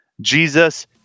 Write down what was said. Jesus